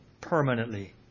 permanently